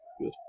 Good